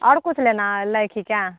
औओरो किछु लेना लै के हय क्या